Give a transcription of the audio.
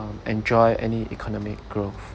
um enjoy any economic growth